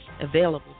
available